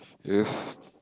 yes